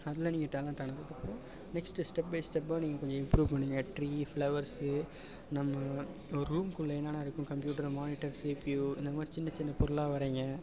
அதில் நீங்கள் டேலண்ட் ஆனதுக்கப்புறம் நெக்ஸ்ட்டு ஸ்டெப் பை ஸ்டெப்பாக நீங்கள் கொஞ்சம் இம்ப்ரூவ் பண்ணுங்கள் ட்ரீ ஃப்ளவர்ஸு நம்ம ஒரு ரூமுக்குள்ள என்னென்ன இருக்கும் கம்ப்யூட்டர் மானிட்டர் சிபியு இந்த மாதிரி சின்னச் சின்ன பொருளாக வரையுங்க